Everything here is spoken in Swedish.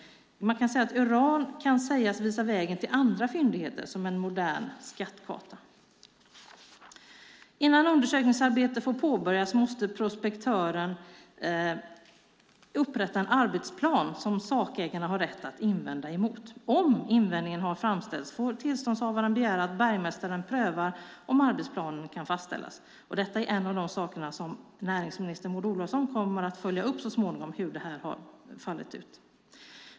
Uran kan sägas visa vägen till andra fyndigheter som en modern skattkarta. Innan undersökningsarbete får påbörjas måste prospektören upprätta en arbetsplan som sakägarna har rätt att invända mot. Om invändning har framställts får tillståndshavaren begära att bergmästaren prövar om arbetsplanen kan fastställas. Hur det har utfallit är en av de saker som näringsminister Maud Olofsson så småningom kommer att följa upp.